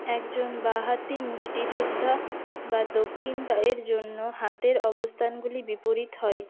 একজন বাঁ হাতি মুষ্টিযোদ্ধা বা দক্ষিণ পায়ের জন্য হাতের অবস্থানগুলি বিপরীত হয়